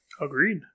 Agreed